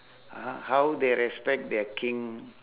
(uh huh) how they respect their king